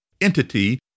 entity